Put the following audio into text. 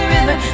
River